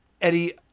Eddie